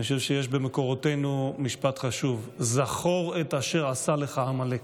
אני חושב שיש במקורותינו משפט חשוב: "זכור את אשר עשה לך עמלק".